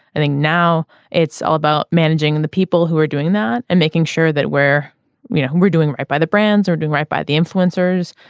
i think now it's all about managing and the people who are doing that and making sure that where you know um we're doing right by the brands are doing right by the influencers.